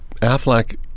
Affleck